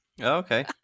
Okay